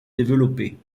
développés